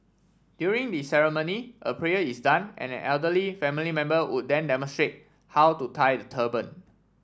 during the ceremony a prayer is done and an elderly family member would then demonstrate how to tie the turban